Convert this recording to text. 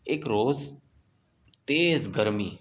ایک روز تیز گرمی